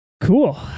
Cool